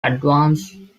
advanced